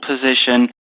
position